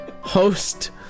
Host